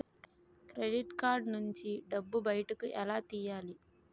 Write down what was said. Credit card నుంచి డబ్బు బయటకు ఎలా తెయ్యలి?